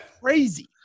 crazy